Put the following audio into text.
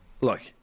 Look